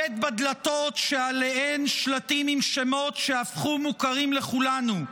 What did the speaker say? הבט בדלתות שעליהן שלטים עם שמות שהפכו מוכרים לכולנו: